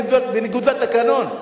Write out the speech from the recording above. בניגוד לתקנון,